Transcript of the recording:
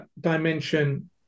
dimension